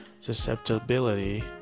susceptibility